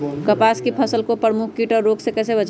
कपास की फसल को प्रमुख कीट और रोग से कैसे बचाएं?